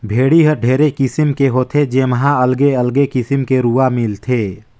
भेड़ी हर ढेरे किसिम के हाथे जेम्हा अलगे अगले किसिम के रूआ मिलथे